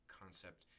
concept